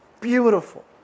beautiful